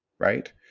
Right